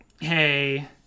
hey